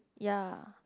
ya